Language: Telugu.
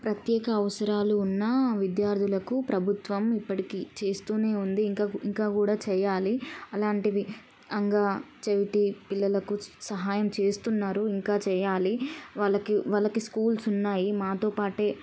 ప్రత్యేక అవసరాలు ఉన్నా విద్యార్థులకు ప్రభుత్వం ఇప్పటికీ చేస్తూనే ఉంది ఇంకా ఇంకా కూడా చెయ్యాలి అలాంటివి అంగ చెవిటి పిల్లలకు సహాయం చేస్తున్నారు ఇంకా చెయ్యాలి వాళ్ళకి వాళ్ళకి స్కూల్స్ ఉన్నాయి మాతో పాటే